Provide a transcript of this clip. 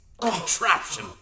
contraption